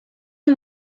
een